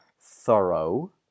thorough